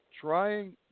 trying